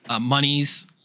monies